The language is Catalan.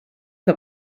que